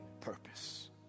purpose